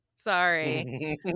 Sorry